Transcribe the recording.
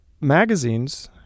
magazines